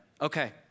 okay